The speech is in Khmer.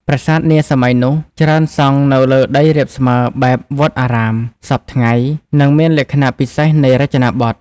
ប្រាសាទនាសម័យ នោះច្រើនសង់នៅលើដីរាបស្មើបែបវត្តអារាម សព្វថ្ងៃ និងមានលក្ខណៈពិសេសនៃរចនាបថ។